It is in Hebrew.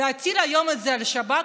להטיל את זה היום על השב"כ,